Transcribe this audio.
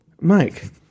mike